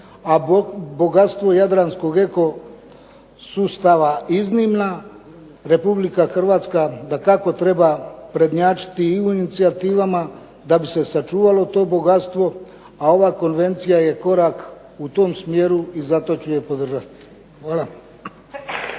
a bogatstvo Jadranskog eko sustava iznimna, Republika Hrvatska dakako treba prednjačiti i u inicijativama da bi se sačuvalo to bogatstvo. A ova konvencija je korak u tom smjeru i zato ću je podržati. Hvala.